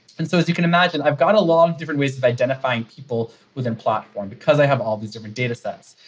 and so as you can imagine, i've got a lot of different ways of identifying people within platform because i have all these different datasets.